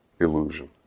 illusion